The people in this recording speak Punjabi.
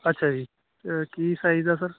ਅੱਛਾ ਜੀ ਕੀ ਸਾਈਜ਼ ਆ ਸਰ